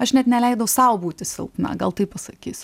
aš net neleidau sau būti silpna gal taip pasakysiu